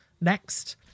next